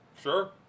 Sure